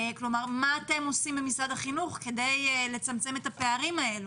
מה אתם עושים במשרד החינוך כדי לצמצם את הפערים האלה?